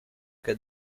che